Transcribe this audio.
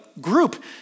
group